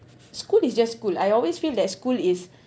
school is just school I always feel that school is